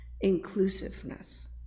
inclusiveness